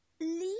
Leave